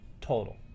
total